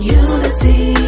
unity